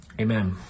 Amen